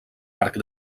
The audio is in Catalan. arc